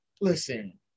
listen